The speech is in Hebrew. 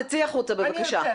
צאי החוצה, בבקשה.